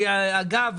אגב,